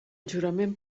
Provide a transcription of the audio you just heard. jurament